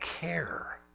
care